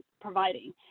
providing